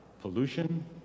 pollution